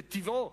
בטבעו